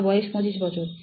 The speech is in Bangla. আমার বয়স 25 বছর